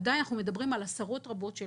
עדיין אנחנו מדברים על עשרות רבות של